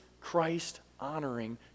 Christ-honoring